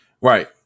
Right